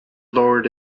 lowered